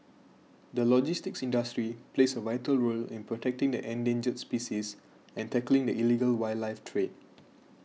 the logistics industry plays a vital role in protecting the endangered species and tackling the illegal wildlife trade